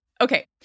Okay